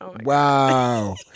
wow